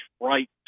right